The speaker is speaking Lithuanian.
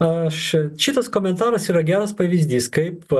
aš šitas komentaras yra geras pavyzdys kaip